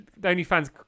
OnlyFans